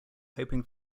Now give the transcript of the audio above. hoping